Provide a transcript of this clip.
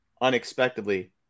unexpectedly